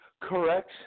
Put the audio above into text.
correct